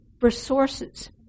resources